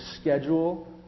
schedule